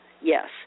Yes